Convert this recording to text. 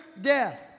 death